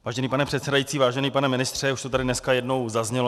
Vážený pane předsedající, vážený pane ministře, už to tady dneska jednou zaznělo.